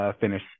finish